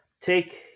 take